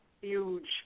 huge